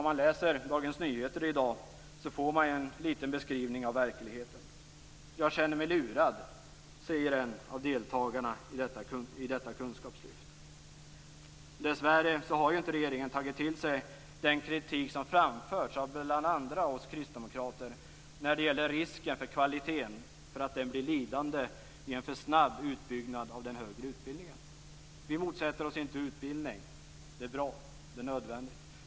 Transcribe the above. Vid en läsning av Dagens Nyheter i dag får man en liten beskrivning av verkligheten: "Jag känner mig lurad!" säger en av deltagarna i detta kunskapslyft. Dessvärre har inte regeringen tagit till sig den kritik som framförts av bl.a. oss kristdemokrater när det gäller risken för att kvaliteten blir lidande av en för snabb utbyggnad av den högre utbildningen. Vi motsätter oss inte utbildning. Det är bra. Det är nödvändigt.